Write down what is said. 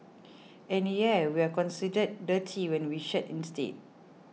and yeah we're considered dirty when we shed instead